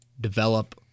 develop